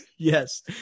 Yes